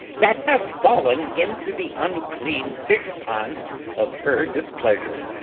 that has fall'n into the unclean fishpond of her displeasure,